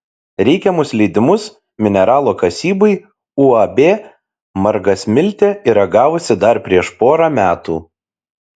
reikiamus leidimus mineralo kasybai uab margasmiltė yra gavusi dar prieš porą metų